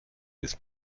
des